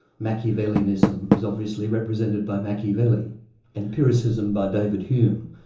machiavellianism is obviously represented by machiavelli empiricism by david hume.